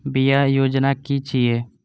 बीमा योजना कि छिऐ?